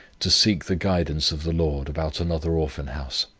to seek the guidance of the lord about another orphan-house.